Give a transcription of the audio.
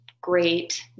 great